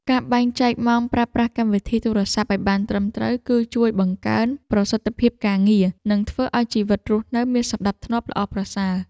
ការបែងចែកម៉ោងប្រើប្រាស់កម្មវិធីទូរសព្ទឱ្យបានត្រឹមត្រូវ គឺ ជួយបង្កើនប្រសិទ្ធភាពការងារ និង ធ្វើឱ្យជីវិតរស់នៅមានសណ្ដាប់ធ្នាប់ល្អប្រសើរ។